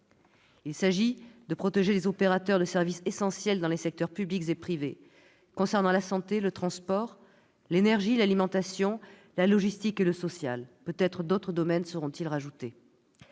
Il s'agit de protéger les opérateurs de services essentiels dans les secteurs publics et privés concernant la santé, le transport, l'énergie, l'alimentation, la logistique et le social. Peut-être d'autres domaines seront-ils ajoutés.